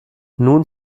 nun